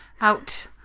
out